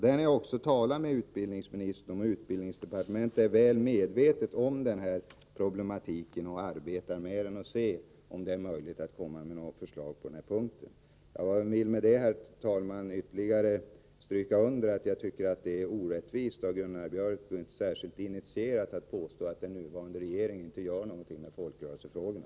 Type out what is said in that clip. Den har jag också talat med utbildningsministern om, och på utbildningsdepartementet är man väl medveten om problematiken och arbetar med den för att se om det är möjligt att komma med något förslag på den här punkten. Jag vill med detta, herr talman, ytterligare stryka under att jag tycker att det är orättvist av Gunnar Björk, och inte särskilt initierat, att påstå att den nuvarande regeringen inte gör någonting när det gäller folkrörelsefrågorna.